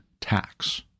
tax